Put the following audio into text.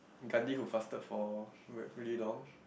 Gandhi who fasted for re~ really long